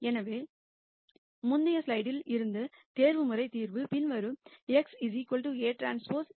எனவே முந்தைய ஸ்லைடில் இருந்து ஆப்டிமைசேஷன் தீர்வு பின்வரும் x Aᵀ A Aᵀ 1 b ஆகும்